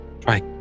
try